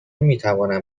میتوانم